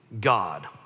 God